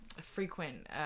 frequent